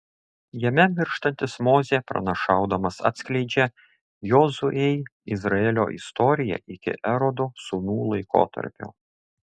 jame mirštantis mozė pranašaudamas atskleidžia jozuei izraelio istoriją iki erodo sūnų laikotarpio